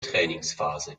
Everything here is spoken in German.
trainingsphase